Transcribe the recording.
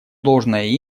должное